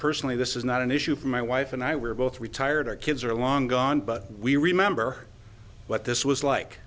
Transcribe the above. personally this is not an issue for my wife and i we're both retired our kids are long gone but we remember what this was like